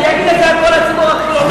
אני הייתי לצד כל הציבור החילוני.